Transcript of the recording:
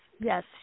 yes